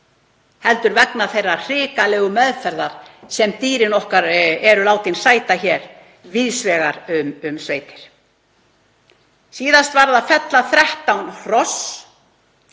heldur vegna þeirrar hrikalegu meðferðar sem dýrin okkar eru látin sæta hér víðs vegar um sveitir. Síðast varð að fella 13 hross,